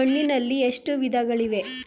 ಮಣ್ಣಿನಲ್ಲಿ ಎಷ್ಟು ವಿಧಗಳಿವೆ?